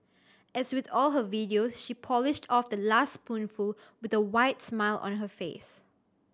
as with all her videos she polished off the last spoonful with a wide smile on her face